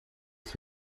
que